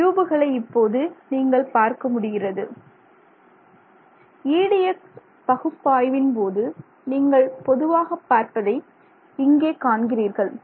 இந்த டியூபுகளை இப்போது நீங்கள் பார்க்க முடிகிறது EDX பகுப்பாய்வின் போது நீங்கள் பொதுவாக பார்ப்பதை இங்கே காண்கிறீர்கள்